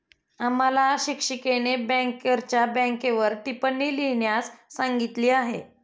आम्हाला शिक्षिकेने बँकरच्या बँकेवर टिप्पणी लिहिण्यास सांगितली आहे